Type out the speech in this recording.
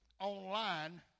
online